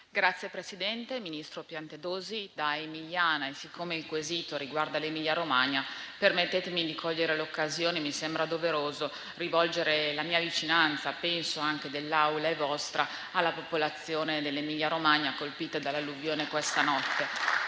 Signor Presidente, ministro Piantedosi, da emiliana e siccome il quesito riguarda l'Emilia-Romagna, permettetemi di cogliere l'occasione - mi sembra doveroso - per rivolgere la mia vicinanza, e penso anche quella dell'Assemblea e vostra, alla popolazione dell'Emilia-Romagna colpita dall'alluvione di questa notte.